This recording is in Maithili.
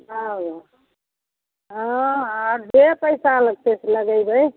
हँ हँ आर जे पैसा लगतै से लगैबै